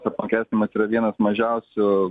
apmokestinimas yra vienas mažiausių